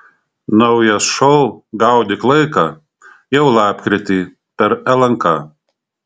naujas šou gaudyk laiką jau lapkritį per lnk